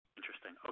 Interesting